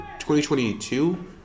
2022